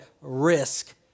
risk